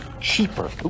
cheaper